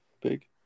big